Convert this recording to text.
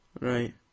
Right